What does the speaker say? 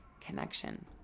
connection